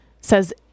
says